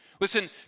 Listen